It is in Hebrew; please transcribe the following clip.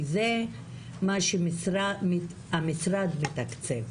כי זה מה שהמשרד מתקצב.